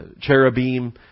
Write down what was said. cherubim